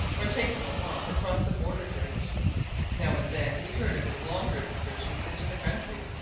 or taking a walk across the border bridge now and then we heard of his longer excursions into the country,